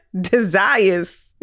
desires